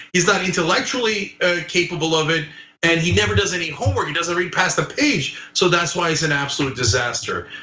he's not intellectually capable of it and he never does any homework. he doesn't read past the page. so that's why he's an absolute disaster.